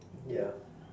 ya